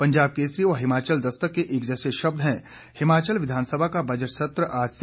पंजाब केसरी व हिमाचल दस्तक के एक जैसे शब्द हैं हिमाचल विधानसभा का बजट सत्र आज से